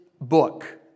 book